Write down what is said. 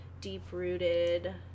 deep-rooted